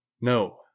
No